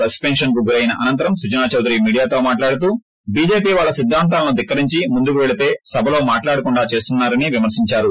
సస్పెన్నస్కు గురయిన అనంతరం సుజనా చౌదరి మీడియాతో మాట్లాడుతూ బీజేపీ వాళ్ళ సిద్దాంతాలను ధిక్కరించి ముందుకు పెళ్తే సభలో మాట్లాడకుండా చేస్తున్నా రని విమర్పించారు